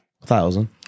Thousand